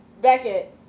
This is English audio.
Beckett